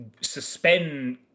suspend